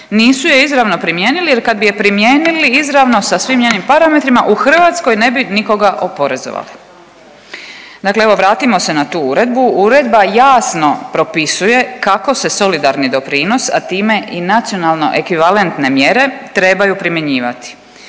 Nisu je izravno primijenili jer kada bi je primijenili izravno sa svim njezinim parametrima u Hrvatskoj ne bi nikoga oporezovali. Dakle, evo vratimo se na tu uredbu. Uredba jasno propisuje kako se solidarni doprinos, a time i nacionalno ekvivalentne mjere trebaju primjenjivati